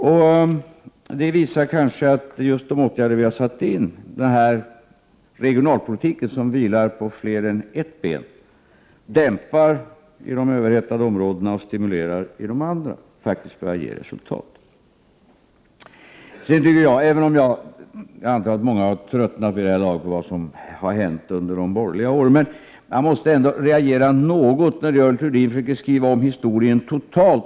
Det 5 visar kanske att just de åtgärder vi har satt in, den regionalpolitik som vilar på Ekonomi fler än ett ben och dämpar i de överhettade områdena och stimulerar i de andra, faktiskt börjar ge resultat. Jag antar att många vid det här laget har tröttnat på att höra vad som har hänt under de borgerliga åren, men jag måste ändå reagera något när Görel Thurdin försöker skriva om historien totalt.